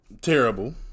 terrible